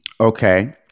Okay